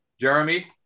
Jeremy